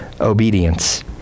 obedience